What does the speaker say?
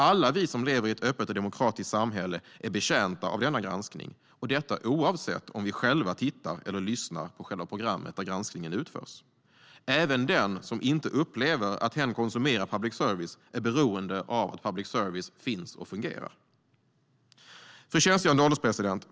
Alla vi som lever i ett öppet och demokratiskt samhälle är betjänta av denna granskning, oavsett om vi själva tittar eller lyssnar på själva programmet där granskningen utförs. Även den som inte upplever att hen konsumerar public service är beroende av att public service finns och fungerar. Fru ålderspresident!